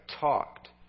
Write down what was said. talked